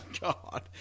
God